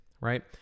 right